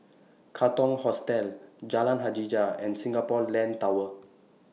Katong Hostel Jalan Hajijah and Singapore Land Tower